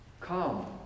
come